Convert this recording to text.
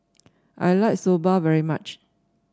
I like Soba very much